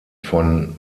von